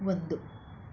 ಒಂದು